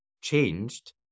changed